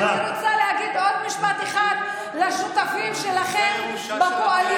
ואני רוצה להגיד עוד משפט אחד לשותפים שלכם בקואליציה.